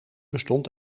bestond